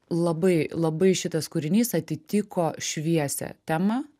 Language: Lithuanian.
labai labai šitas kūrinys atitiko šviesią temą